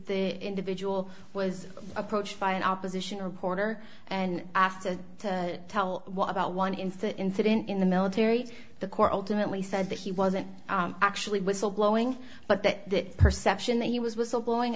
the individual was approached by an opposition reporter and asked to tell what about one instant incident in the military the court ultimately said that he wasn't actually whistle blowing but that perception that he was whistle blowing